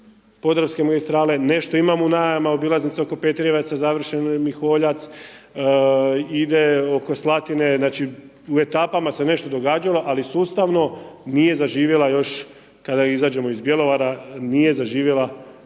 podravske magistrale, nešto imamo u najavama obilaznice oko Petrijevaca, završeno je Miholjac ide oko Slatine. Znači u etapama se nešto događalo, ali sustavno nije zaživjela još, kada izađemo iz Bjelovara nije zaživjela